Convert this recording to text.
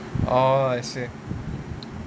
orh I see